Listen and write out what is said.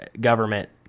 government